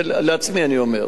לעצמי אני אומר.